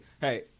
Hey